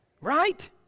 Right